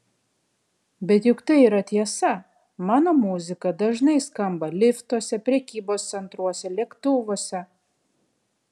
bet juk tai yra tiesa mano muzika dažnai skamba liftuose prekybos centruose lėktuvuose